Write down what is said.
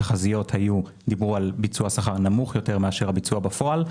התחזיות דיברו על ביצוע שכר נמוך יותר מאשר הביצוע בפועל.